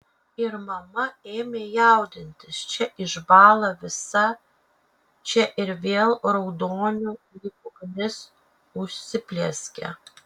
ir mama ėmė jaudintis čia išbąla visa čia ir vėl raudoniu lyg ugnis užsiplieskia